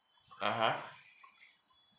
(uh huh)